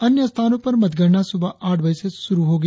अन्य स्थानों पर मतगणना सुबह आठ बजे से शुरु होगी